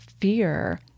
fear